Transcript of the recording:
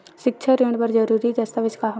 सिक्छा ऋण बर जरूरी दस्तावेज का हवय?